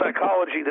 psychology